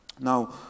Now